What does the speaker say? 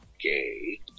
gay